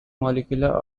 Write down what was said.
molecular